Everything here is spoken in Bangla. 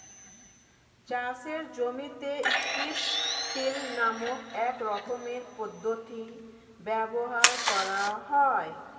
চাষের জমিতে স্ট্রিপ টিল নামক এক রকমের পদ্ধতি ব্যবহার করা হয়